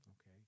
okay